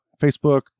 Facebook